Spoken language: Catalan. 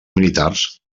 militars